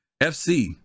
FC